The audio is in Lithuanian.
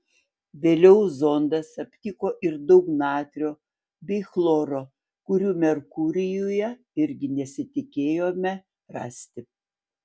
vėliau zondas aptiko ir daug natrio bei chloro kurių merkurijuje irgi nesitikėjome rasti